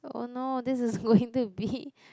oh no this is going to be